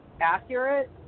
accurate